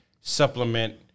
supplement